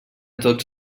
tots